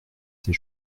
ces